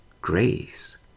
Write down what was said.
grace